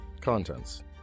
Contents